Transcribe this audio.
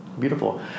Beautiful